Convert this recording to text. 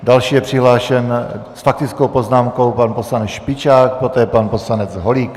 Další je přihlášen s faktickou poznámkou pan poslanec Špičák, poté pan poslanec Holík.